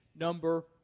Number